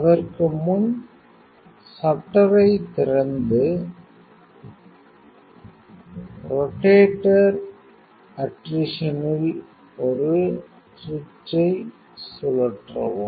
அதற்கு முன் ஷட்டரைத் திறந்து ரோட்டேட்டர் அட்ரிஷனில் ஒரு சுவிட்சைச் சுழற்றவும்